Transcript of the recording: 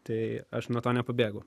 tai aš nuo to nepabėgu